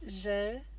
Je